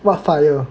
what FIRE